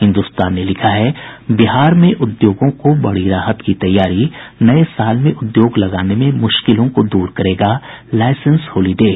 हिन्दुस्तान ने लिखा है बिहार में उद्योगों को बड़ी राहत की तैयारी नये साल में उद्योग लगाने में मुश्किलों को दूर करेगा लाईसेंस होलीडे